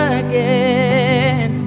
again